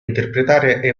interpretare